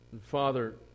Father